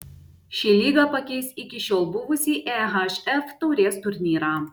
ši lyga pakeis iki šiol buvusį ehf taurės turnyrą